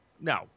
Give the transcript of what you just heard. No